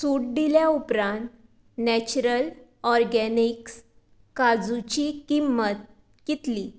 सूट दिले उपरांत natural organics कांजुची किंमत कितली